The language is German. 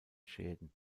schäden